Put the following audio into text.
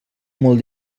molt